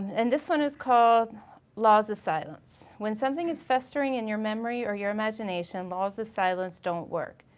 and this one is called laws of silence. when something is festering in your memory or your imagination, laws of silence don't work.